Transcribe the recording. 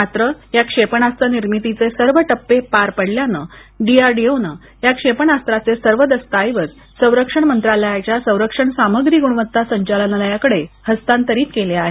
मात्र या क्षेपणास्त्र निर्मितीची सर्व टप्पे पार पडल्याने डीआरडीओने या क्षेपणास्त्राचे सर्व दस्ताऐवज संरक्षण मंत्रालयाच्या संरक्षण सामग्री गुणवत्ता संचालनालयाकडे हस्तांतरित केले आहेत